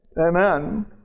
Amen